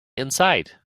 inside